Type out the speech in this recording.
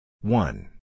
One